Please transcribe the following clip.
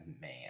Man